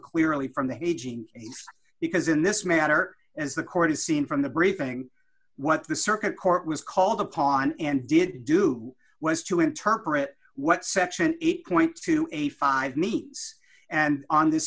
clearly from the aging because in this matter as the court has seen from the briefing what the circuit court was called upon and did do was to interpret what section it points to a five means and on this